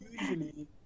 usually